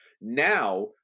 Now